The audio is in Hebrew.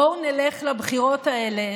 בואו נלך לבחירות האלה